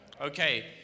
Okay